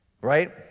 right